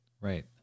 right